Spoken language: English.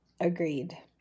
Agreed